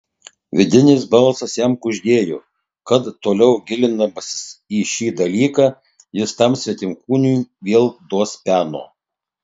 vidinis balsas jam kuždėjo kad toliau gilindamasis į šį dalyką jis tam svetimkūniui vėl duos peno